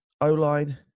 O-line